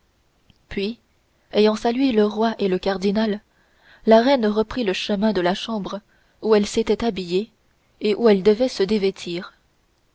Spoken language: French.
puis ayant salué le roi et le cardinal la reine reprit le chemin de la chambre où elle s'était habillée et où elle devait se dévêtir